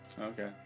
okay